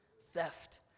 theft